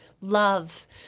love